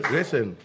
Listen